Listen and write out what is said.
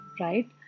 right